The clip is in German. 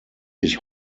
sich